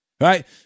Right